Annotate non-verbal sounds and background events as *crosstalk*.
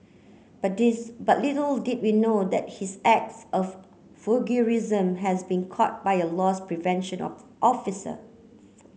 but *unintelligible* but little did he know that his acts of voyeurism has been caught by a loss prevention officer